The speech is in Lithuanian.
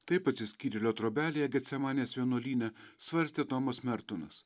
taip atsiskyrėlio trobelėje getsemanės vienuolyne svarstė tomas mertonas